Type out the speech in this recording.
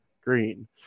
green